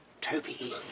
Toby